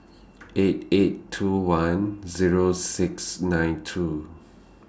eight eight two one Zero six nine two